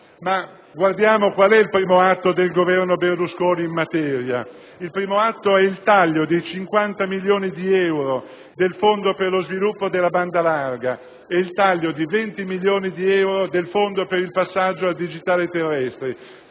Guardiamo però al primo atto del governo Berlusconi in materia: il taglio dei 50 milioni di euro del fondo per lo sviluppo della banda larga e dei 20 milioni di euro del fondo per il passaggio al digitale terrestre,